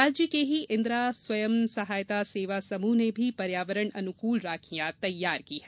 राज्य के ही इन्दिरा स्वयं सहायता सेवा समूह ने भी पर्यावरण अनुकूल राखियां तैयार की है